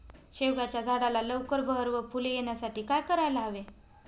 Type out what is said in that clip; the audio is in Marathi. शेवग्याच्या झाडाला लवकर बहर व फूले येण्यासाठी काय करायला हवे?